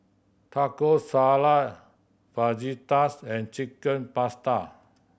Taco Salad Fajitas and Chicken Pasta